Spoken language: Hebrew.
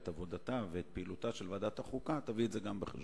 אני מנצל את העובדה שנמצא כאן גם מי שהיה